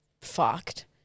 fucked